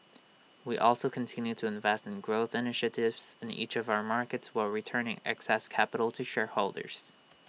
we also continued to invest in growth initiatives in each of our markets while returning excess capital to shareholders